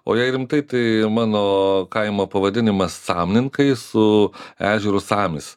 o jei rimtai tai mano kaimo pavadinimas samninkai su ežeru samis